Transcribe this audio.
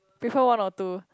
before one or two